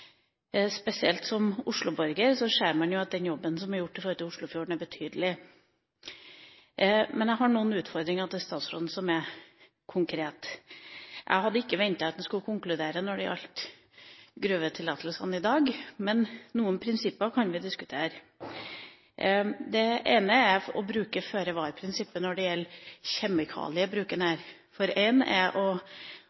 Spesielt som Oslo-borger ser man at den jobben som er gjort med Oslofjorden, er betydelig. Men jeg har noen utfordringer til statsråden som er konkrete. Jeg hadde ikke ventet at han skulle konkludere når det gjaldt gruvetillatelsene i dag, men noen prinsipper kan vi diskutere. Den ene utfordringen er å bruke føre-var-prinsippet når det gjelder kjemikaliebruken. Én ting er